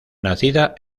nacida